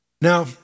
Now